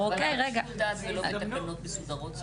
אבל למה בשיקול דעת ולא בתקנות מסודרות?